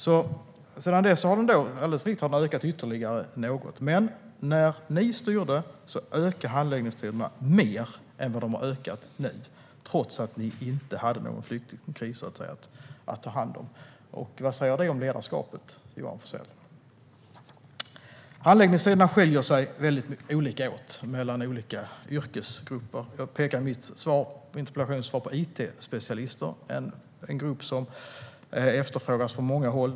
Sedan dess har handläggningstiderna alldeles riktigt ökat ytterligare något, men när ni styrde ökade de mer än vad de gjort nu, trots att ni inte hade någon flyktingkris att ta hand om. Vad säger det om ledarskapet, Johan Forssell? Handläggningstiderna skiljer sig väldigt mycket mellan olika yrkesgrupper. Jag pekade i mitt interpellationssvar på it-specialister, en grupp som efterfrågas på många håll.